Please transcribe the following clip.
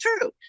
true